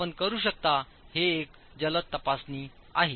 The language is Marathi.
आपण करू शकता हे एक जलद तपासणी आहे